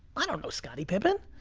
i don't know scotty pippin.